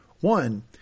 One